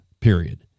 period